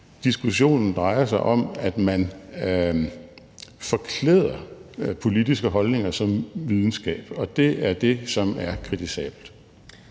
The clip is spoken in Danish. Diskussionen drejer sig om, at man forklæder politiske holdninger som videnskab, og det er det, som er kritisabelt.